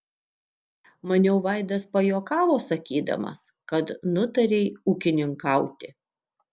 maniau vaidas pajuokavo sakydamas kad nutarei ūkininkauti